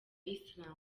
islam